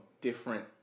different